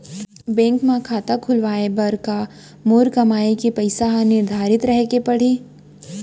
Bank म खाता खुलवाये बर का मोर कमाई के पइसा ह निर्धारित रहे के पड़ही?